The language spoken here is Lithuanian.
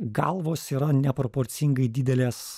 galvos yra neproporcingai didelės